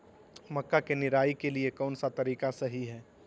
मक्का के निराई के लिए कौन सा तरीका सही है?